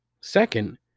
Second